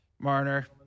Marner